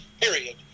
period